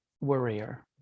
worrier